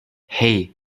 hei